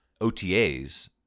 OTAs